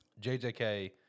JJK